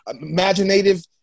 imaginative